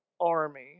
army